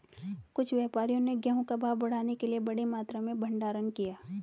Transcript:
कुछ व्यापारियों ने गेहूं का भाव बढ़ाने के लिए बड़ी मात्रा में भंडारण किया